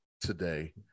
today